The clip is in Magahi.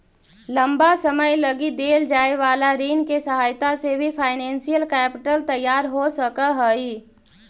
लंबा समय लगी देल जाए वाला ऋण के सहायता से भी फाइनेंशियल कैपिटल तैयार हो सकऽ हई